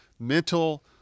mental